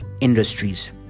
industries